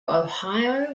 ohio